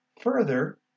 Further